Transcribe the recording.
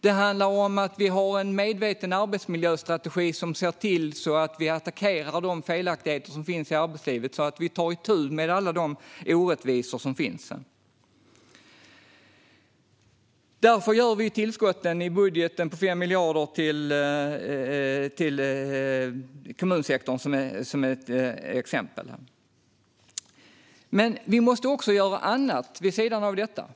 Det handlar om att vi har en medveten arbetsmiljöstrategi som ser till att vi attackerar de felaktigheter som finns i arbetslivet så att vi tar itu med alla de orättvisor som finns. Därför gör vi tillskotten i budgeten på exempelvis 5 miljarder till kommunsektorn. Men vi måste också göra annat vid sidan av detta.